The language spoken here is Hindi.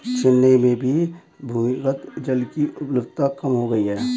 चेन्नई में भी भूमिगत जल की उपलब्धता कम हो गई है